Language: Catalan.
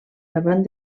davant